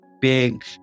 big